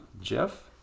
Jeff